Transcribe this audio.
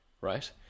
Right